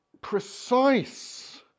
precise